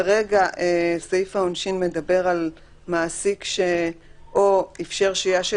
כרגע סעיף העונשין מדבר על מעסיק שאו אפשר שהייה של